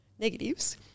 negatives